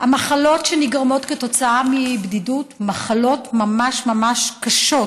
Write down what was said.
המחלות שנגרמות כתוצאה מבדידות הן מחלות ממש ממש קשות.